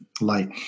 light